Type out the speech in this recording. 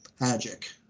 Magic